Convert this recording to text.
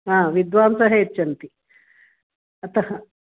हा विद्वांसः यच्छन्ति अतः